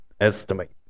estimate